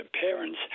parents